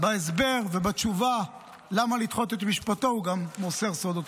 בהסבר ובתשובה למה לדחות את משפטו הוא גם מוסר סודות מדינה.